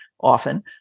often